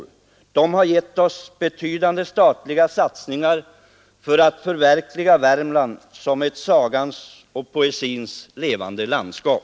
De två åren har gett oss betydande statliga satsningar för att förverkliga Värmland som ”ett sagans och poesins levande landskap”.